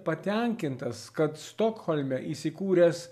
patenkintas kad stokholme įsikūręs